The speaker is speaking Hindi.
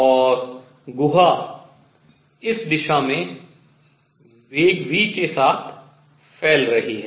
और गुहा इस दिशा में वेग v के साथ फैल रही है